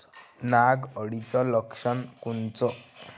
नाग अळीचं लक्षण कोनचं?